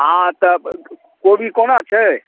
हाँ तऽ कोबी कोना छै